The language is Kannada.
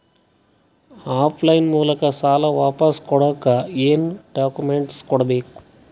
ಆಫ್ ಲೈನ್ ಮೂಲಕ ಸಾಲ ವಾಪಸ್ ಕೊಡಕ್ ಏನು ಡಾಕ್ಯೂಮೆಂಟ್ಸ್ ಕೊಡಬೇಕು?